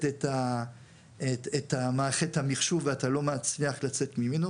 את מערכת המחשוב ואתה לא מצליח לצאת ממנו,